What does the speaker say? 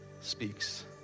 speaks